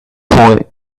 point